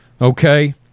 okay